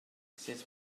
sut